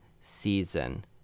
season